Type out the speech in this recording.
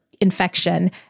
infection